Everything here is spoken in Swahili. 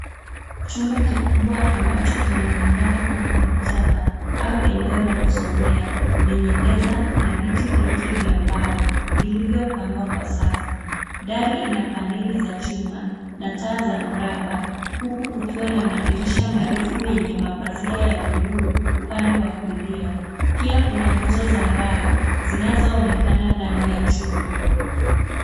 Chumba kikubwa ambacho kinaonekana kama maktaba au eneo la kusomea lenye meza na viti vingi vya mbao vilivyopangwa kwa safu. Dari ina paneli za chuma na taa za mraba huku kukiwa na madirisha marefu yenye mapazia ya bluu upande wa kulia. Pia kuna nguzo za mbao zinazoonekana ndani ya chumba.